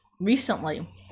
recently